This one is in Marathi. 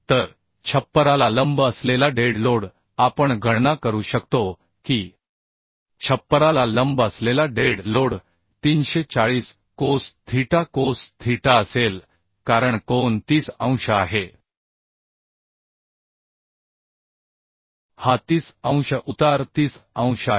तर छप्पराला लंब असलेला डेड लोड आपण गणना करू शकतो की छप्पराला लंब असलेला dead load 340 cos theta cos theta असेल कारण कोन 30 अंश आहे हा 30 अंश उतार 30 अंश आहे